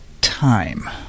Time